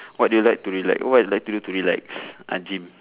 what do you like to relax what you like to do to relax uh gym